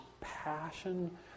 passion